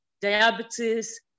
diabetes